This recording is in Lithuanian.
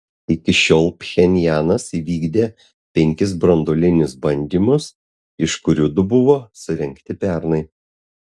iki šiol pchenjanas įvykdė penkis branduolinius bandymus iš kurių du buvo surengti pernai